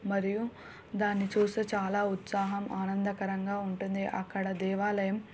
మరియు దాన్ని చూసి చాలా ఉత్సాహం ఆనందకరంగా ఉంటుంది అక్కడ దేవాలయం